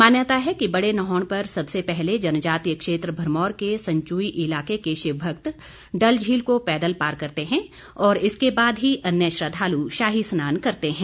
मान्यता है कि बड़े नहौण पर सबसे पहले जनजातीय क्षेत्र भरमौर के संचूई इलाके के शिव भक्त डल झील को पैदल पार करते हैं और इसके बाद ही अन्य श्रद्धालु शाही स्नान करते हैं